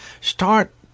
Start